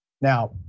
Now